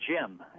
jim